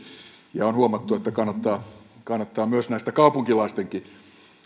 ja on huomattu että kannattaa kannattaa myös kaupunkilaistenkin